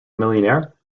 millionaire